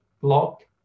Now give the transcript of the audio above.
block